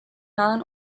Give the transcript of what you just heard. non